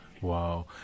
Wow